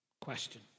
Question